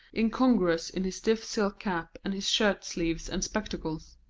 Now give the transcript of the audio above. incongruous in his stiff silk cap and his shirt sleeves and spectacles.